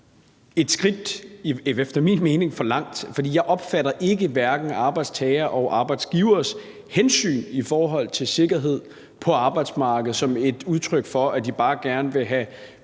trådte et skridt for langt, for jeg opfatter hverken arbejdstageres eller arbejdsgiveres hensyntagen til sikkerhed på arbejdsmarkedet som et udtryk for, at de bare gerne vil have